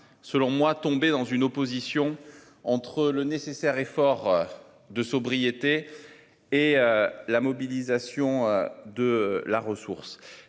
selon moi, tomber dans une opposition entre le nécessaire effort. De sobriété et la mobilisation de la ressource,